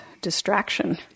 distraction